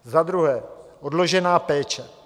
Za druhé odložená péče.